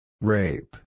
Rape